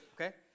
Okay